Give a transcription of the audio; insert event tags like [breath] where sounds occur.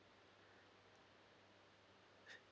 [breath]